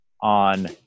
on